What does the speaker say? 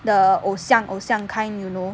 the 偶像偶像 kind you know